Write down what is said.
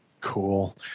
Cool